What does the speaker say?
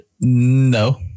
No